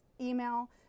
Email